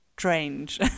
strange